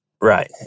Right